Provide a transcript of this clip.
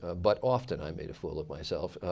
but often i made a fool of myself.